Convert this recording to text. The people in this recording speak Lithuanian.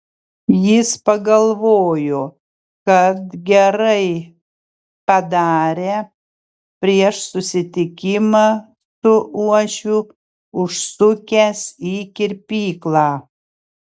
jis pagalvojo kad gerai padarė prieš susitikimą su uošviu užsukęs į kirpyklą